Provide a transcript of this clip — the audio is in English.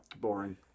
Boring